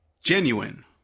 Genuine